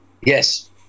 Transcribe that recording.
Yes